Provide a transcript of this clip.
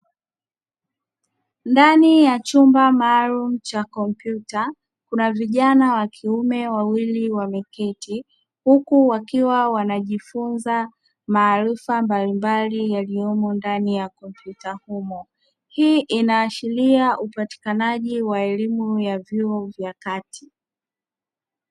Ndani ya chumba maalumu cha kompyuta, kuna vijana wawili wameketi wakiwa wanajifunza maarifa mbalimbali yaliyomo ndani ya kompyuta humo, hii inaashiria upatikanaji wa elimu ya vyuo vya kati.